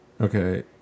Okay